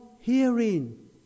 hearing